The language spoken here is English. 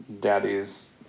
daddy's